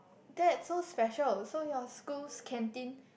that so special so your school's canteen